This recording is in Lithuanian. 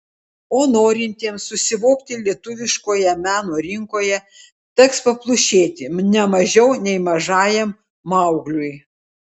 o norintiesiems susivokti lietuviškoje meno rinkoje teks paplušėti ne mažiau nei mažajam maugliui